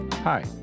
Hi